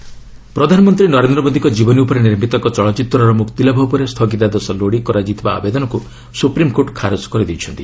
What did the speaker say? SC PM ପ୍ରଧାନମନ୍ତ୍ରୀ ନରେନ୍ଦ୍ର ମୋଦିଙ୍କ ଜୀବନୀ ଉପରେ ନିର୍ମିତ ଏକ ଚଳଚ୍ଚିତ୍ରର ମୁକ୍ତିଲାଭ ଉପରେ ସ୍ଥଗିତାଦେଶ ଲୋଡ଼ି କରାଯାଇଥିବା ଆବେଦନକୁ ସୁପ୍ରିମ୍କୋର୍ଟ ଖାରଜ କରିଦେଇଛନ୍ତି